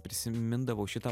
prisimindavau šitą